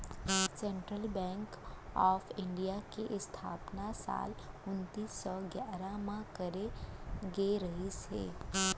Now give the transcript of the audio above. central Bank of India के इस्थापना साल उन्नीस सौ गियारह म करे गे रिहिस हे